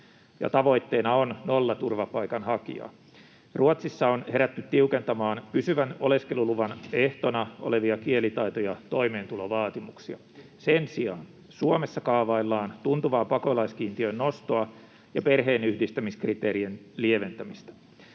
tavoitteena on nolla turvapaikanhakijaa. Ruotsissa on herätty tiukentamaan pysyvän oleskeluluvan ehtona olevia kielitaito‑ ja toimeentulovaatimuksia. Sen sijaan Suomessa kaavaillaan tuntuvaa pakolaiskiintiön nostoa ja perheenyhdistämiskriteerien lieventämistä.